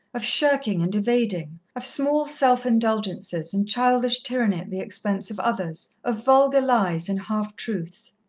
of shirking and evading, of small self-indulgences and childish tyranny at the expense of others, of vulgar lies and half-truths.